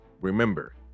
Remember